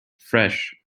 fresh